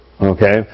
okay